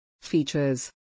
Features